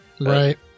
Right